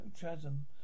chasm